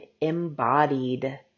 embodied